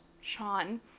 Sean